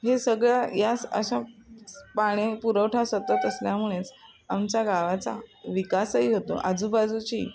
हे सगळ्या या अशा पाणी पुरवठा सतत असल्यामुळेच आमच्या गावाचा विकासही होतो आजूबाजूची